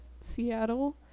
Seattle